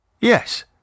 Yes